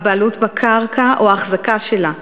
הבעלות בקרקע או ההחזקה שלה.